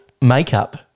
makeup